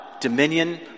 dominion